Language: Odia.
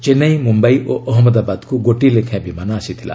ଚେନ୍ଦାଇ ମ୍ରମ୍ୟାଇ ଓ ଅହଜ୍ଞଦାବାଦକ୍ର ଗୋଟିଏ ଲେଖାଏଁ ବିମାନ ଆସିଥିଲା